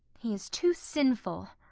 he is too sinful.